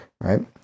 right